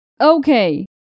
Okay